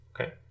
okay